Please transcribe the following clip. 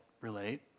relate